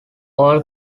all